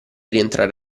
rientrare